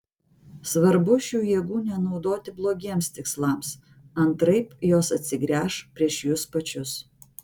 svarbu šių jėgų nenaudoti blogiems tikslams antraip jos atsigręš prieš jus pačius